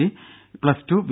C plus two V